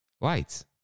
lights